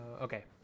okay